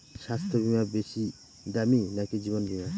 স্বাস্থ্য বীমা বেশী দামী নাকি জীবন বীমা?